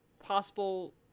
possible